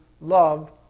love